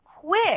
quick